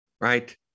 right